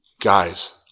Guys